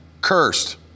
cursed